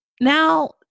now